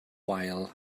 wael